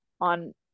on